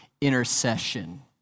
intercession